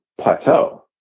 plateau